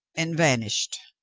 and vanished.